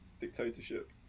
dictatorship